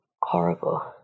horrible